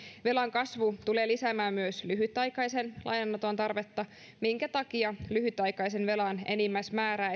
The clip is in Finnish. velan kasvu tulee lisäämään myös lyhytaikaisen lainanoton tarvetta minkä takia lyhytaikaisen velan enimmäismäärää